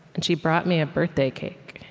and she brought me a birthday cake.